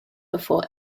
before